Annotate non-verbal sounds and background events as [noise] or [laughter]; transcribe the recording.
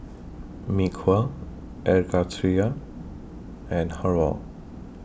[noise] Mee Kuah Air Karthira and Har Kow